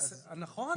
נכון.